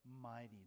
mighty